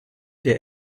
der